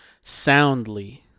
Soundly